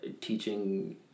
teaching